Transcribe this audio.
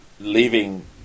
leaving